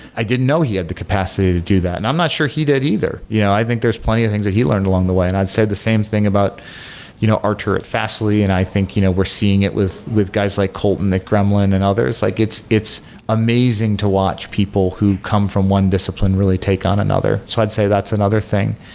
i didn't know he had the capacity to do that, and i'm not sure he did either. you know i think there's plenty of things that he learned along the way, and i'd say the same thing about you know artur at fastly, and i think you know we're seeing it with with guys like kolton at gremlin and others. like it's it's amazing to watch people who come from one discipline really take on another. so i'd say that's another thing.